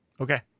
Okay